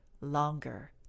longer